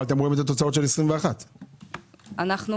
אבל אתם רואים את התוצאות של 21'. אנחנו